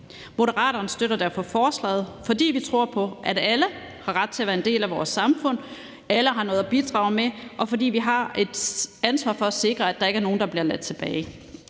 Moderaterne støtter derfor forslaget. Det gør vi, fordi vi tror på, at alle har ret til at være en del af vores samfund, og at alle har noget at bidrage med, og fordi vi har et ansvar for at sikre, at der ikke er nogen, der bliver ladt tilbage.